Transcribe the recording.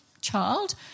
child